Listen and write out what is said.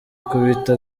ikubita